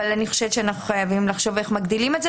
אבל אני חושבת שאנחנו חייבים לחשוב איך מגדילים אותו.